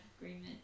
agreement